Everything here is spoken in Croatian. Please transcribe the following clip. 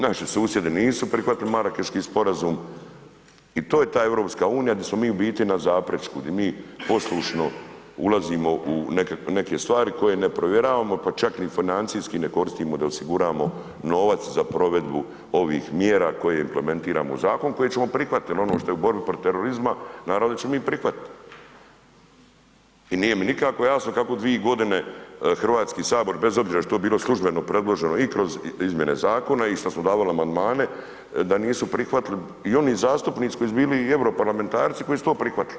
Naši susjedi nisu prihvatili Marakeški sporazum i to je ta EU di smo mi u biti na zapećku, di mi poslušno ulazimo u neke stvari koje provjeravamo pa čak ni financijski ne koristimo da osiguramo novac za provedbu ovih mjera koje implementiramo u zakon koje ćemo prihvatiti jer ono šta je u borbi protiv terorizma, naravno da ćemo mi prihvatiti i nije mi nikako jasno kako 2 g. Hrvatski sabor bez obzira što je ovo bilo službeno predloženo i kroz izmjene zakona i što smo davali amandmane, da nisu prihvatili i oni zastupnici koji su bili europarlamentarci koji su to prihvatili.